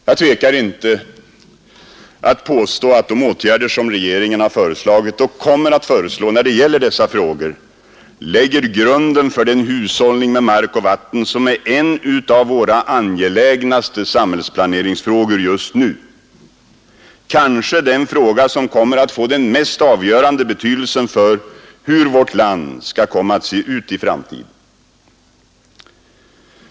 Jag tvekar inte att påstå att de åtgärder, som regeringen har föreslagit och kommer att föreslå när det gäller dessa frågor, lägger grunden för den hushållning med mark och vatten som är en av våra angelägnaste samhällsplaneringsfrågor just nu, kanske den fråga som kommer att få den mest avgörande betydelsen för hur vårt land skall komma att se ut i framtiden.